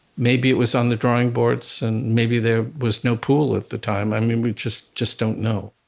maybe it was on the drawing boards and maybe there was no pool at the time, i mean we just just don't know.